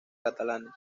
catalanes